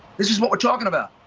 this is what we're talking about,